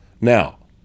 Now